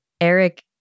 Eric